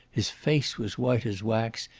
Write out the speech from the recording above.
his face was white as wax,